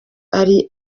ari